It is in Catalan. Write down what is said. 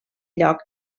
lloc